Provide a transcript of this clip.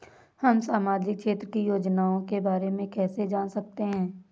हम सामाजिक क्षेत्र की योजनाओं के बारे में कैसे जान सकते हैं?